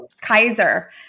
Kaiser